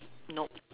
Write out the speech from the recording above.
nope